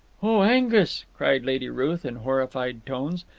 oh, angus, cried lady ruth, in horrified tones,